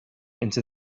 into